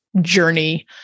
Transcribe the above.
journey